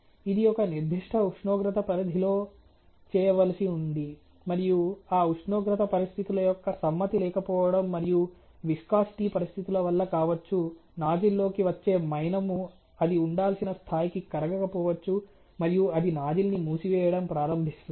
ఇది ఒక నిర్దిష్ట ఉష్ణోగ్రత పరిధిలో చేయవలసి ఉంది మరియు ఆ ఉష్ణోగ్రత పరిస్థితుల యొక్క సమ్మతి లేకపోవడం మరియు విస్కాసిటీ పరిస్థితుల వల్ల కావచ్చు నాజిల్లోకి వచ్చే మైనము అది ఉండాల్సిన స్థాయికి కరగకపోవచ్చు మరియు అది నాజిల్ ని మూసివేయడం ప్రారంభిస్తుంది